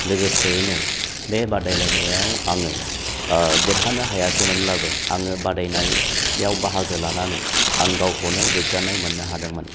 लोगोसेयैनो बे बादायलायनायाव आङो देरहानो हायाखैमोनब्लाबो आङो बादायनायाव बाहागो लानानै आं गावखौनो गोग्गानाय मोननो हादोंमोन